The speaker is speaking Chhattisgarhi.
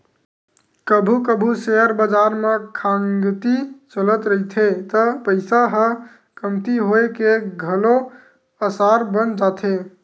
कभू कभू सेयर बजार म खंगती चलत रहिथे त पइसा ह कमती होए के घलो असार बन जाथे